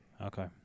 Okay